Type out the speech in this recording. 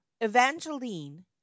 Evangeline